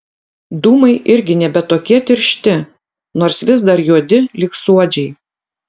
dūmai irgi nebe tokie tiršti nors vis dar juodi lyg suodžiai